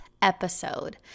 episode